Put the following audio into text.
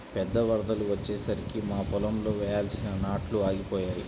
పెద్ద వరదలు వచ్చేసరికి మా పొలంలో వేయాల్సిన నాట్లు ఆగిపోయాయి